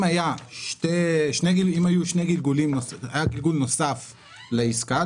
אם היה גלגול נוסף לעסקה,